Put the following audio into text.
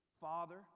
Father